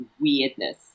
weirdness